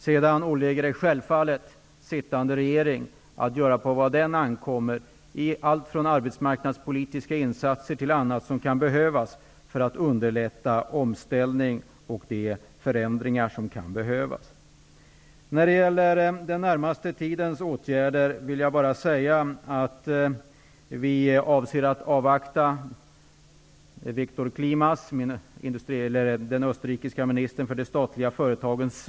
Sedan åligger det sittande regering att göra vad på den ankommer med allt från arbetsmarknadspolitiska insatser till annat som kan behövas för att underlätta omställning och andra behövliga förändringar. När det gäller den senaste tidens åtgärder vill jag bara säga att vi avser att avvakta svaret från Viktor Klima, ministern för de österrikiska statliga företagen.